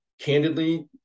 candidly